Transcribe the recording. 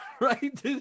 right